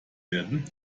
werden